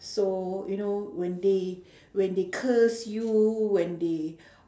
so you know when they when they curse you when they